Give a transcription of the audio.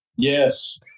Yes